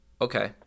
Okay